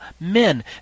men